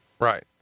Right